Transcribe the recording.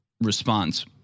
response